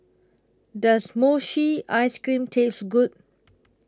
Does Mochi Ice Cream Taste Good